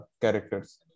characters